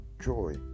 joy